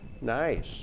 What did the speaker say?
Nice